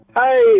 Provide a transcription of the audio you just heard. Hey